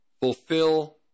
fulfill